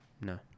No